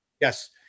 Yes